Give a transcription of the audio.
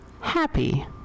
happy